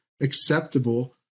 acceptable